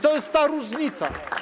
To jest ta różnica.